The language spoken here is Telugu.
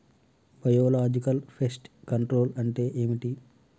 బయోలాజికల్ ఫెస్ట్ కంట్రోల్ అంటే ఏమిటి?